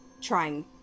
trying